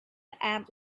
aunt